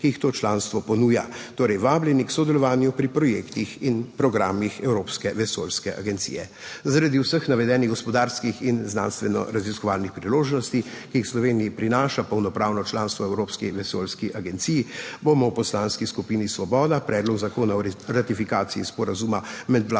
ponuja to članstvo. Torej, vabljeni k sodelovanju pri projektih in programih Evropske vesoljske agencije! Zaradi vseh navedenih gospodarskih in znanstveno raziskovalnih priložnosti, ki jih Sloveniji prinaša polnopravno članstvo v Evropski vesoljski agenciji, bomo v Poslanski skupini Svoboda Predlog zakona o ratifikaciji Sporazuma med Vlado